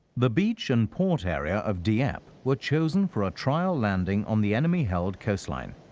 the beach and port area of dieppe were chosen for a trial landing on the enemy-held coastline.